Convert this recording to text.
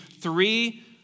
three